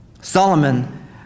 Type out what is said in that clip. Solomon